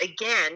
again